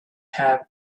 have